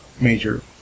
major